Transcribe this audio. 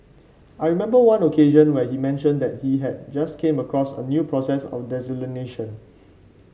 I remember one occasion when he mentioned that he had just came across a new process of desalination